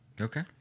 Okay